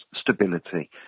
stability